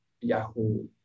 yahoo